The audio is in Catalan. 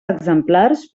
exemplars